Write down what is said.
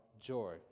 joy